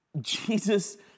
Jesus